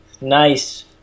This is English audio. nice